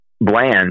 bland